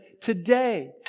today